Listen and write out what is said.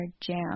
jam